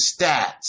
stats